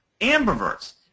ambiverts